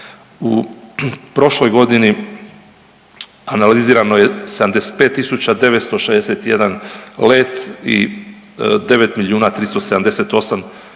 U prošloj godini analizirano je 75 tisuća 961 let